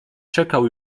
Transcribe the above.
czekał